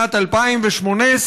שנת 2018,